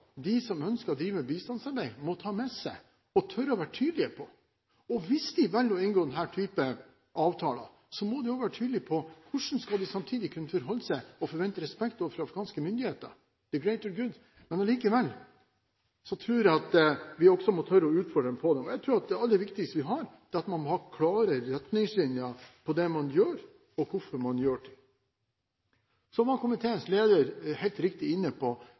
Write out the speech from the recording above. de som ønsker å drive med bistandsarbeid, må ta med seg og tørre å være tydelige på. Hvis de velger å inngå denne typen avtaler, må de være tydelige på hvordan de samtidig skal kunne forholde seg til og forvente respekt fra afghanske myndigheter – «the greater good». Likevel tror jeg at vi må tørre å utfordre dem på det. Jeg tror at det aller viktigste er å ha klare retningslinjer med hensyn til det man gjør, og hvorfor man gjør det. Så var komiteens leder helt riktig inne på